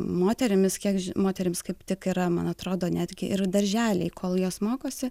moterimis kiek ži moterims kaip tik yra man atrodo netgi ir darželiai kol jos mokosi